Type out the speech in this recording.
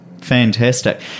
Fantastic